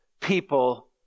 people